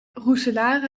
roeselare